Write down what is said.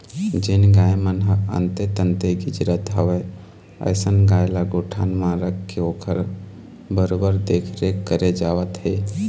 जेन गाय मन ह अंते तंते गिजरत हवय अइसन गाय ल गौठान म रखके ओखर बरोबर देखरेख करे जावत हे